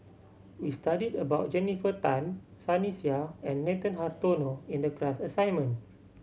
we studied about Jennifer Tham Sunny Sia and Nathan Hartono in the class assignment